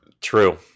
True